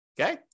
okay